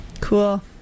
Cool